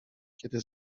kiedy